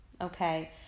okay